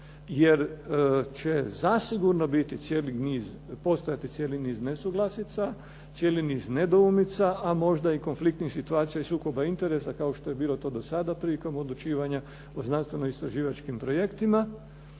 biti cijeli niz, postojati cijeli niz nesuglasica, cijeli niz nedoumica, a možda i konfliktnih situacija i sukoba interesa, kao što je bilo to do sada prilikom odlučivanja o znanstvenoistraživačkim projektima